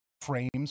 frames